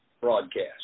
Broadcast